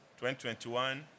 2021